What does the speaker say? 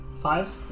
five